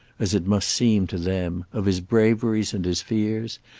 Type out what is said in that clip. as it must seem to them, of his braveries and his fears,